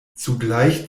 zugleich